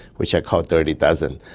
which are called dirty dozen.